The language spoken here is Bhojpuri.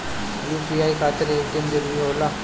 यू.पी.आई खातिर ए.टी.एम जरूरी होला?